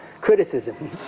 criticism